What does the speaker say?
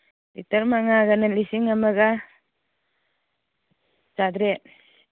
litre ꯃꯉꯥꯗꯅ ꯂꯤꯁꯤꯡ ꯑꯃꯒ ꯆꯥꯇ꯭ꯔꯦꯠ